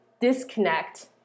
disconnect